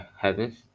heavens